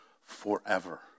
forever